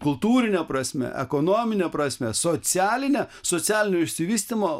kultūrine prasme ekonomine prasme socialine socialinio išsivystymo